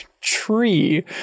Tree